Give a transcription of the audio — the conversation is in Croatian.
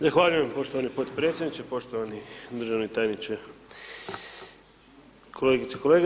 Zahvaljujem poštovani podpredsjedniče, poštovani državni tajniče, kolegice, kolege.